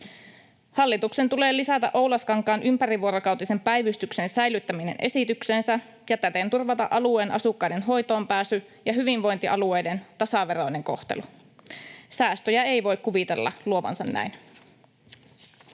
Hallituksen tulee lisätä Oulaskankaan ympärivuorokautisen päivystyksen säilyttäminen esitykseensä ja täten turvata alueen asukkaiden hoitoon pääsy ja hyvinvointialueiden tasaveroinen kohtelu. Säästöjä ei voi kuvitella luovansa näin.